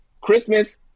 Christmas